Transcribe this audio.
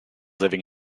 living